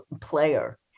player